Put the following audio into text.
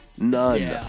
None